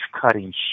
cutting